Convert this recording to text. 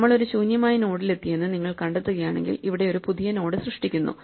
നമ്മൾ ഒരു ശൂന്യമായ നോഡിലെത്തിയെന്ന് നിങ്ങൾ കണ്ടെത്തുകയാണെങ്കിൽ ഇവിടെ ഒരു പുതിയ നോഡ് സൃഷ്ടിക്കുന്നു